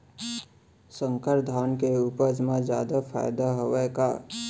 संकर धान के उपज मा जादा फायदा हवय का?